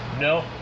no